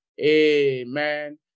Amen